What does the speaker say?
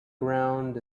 ground